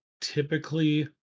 Typically